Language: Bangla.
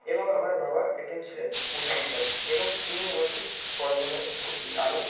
এবং আমার বাবা একজন ছিলেন স্কুল টিচার এবং স তিনি আমাকে পড়াশোনায় প্রতি আরো